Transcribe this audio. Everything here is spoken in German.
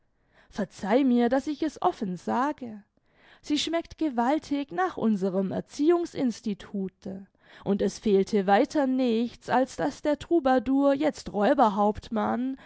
verzeih mir daß ich es offen sage sie schmeckt gewaltig nach unserm erziehungsinstitute und es fehlte weiter nichts als daß der troubadour jetzt räuberhauptmann